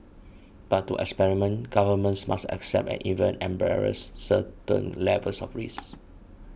but to experiment governments must accept and even embrace certain levels of risk